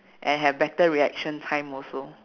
and have better reaction time also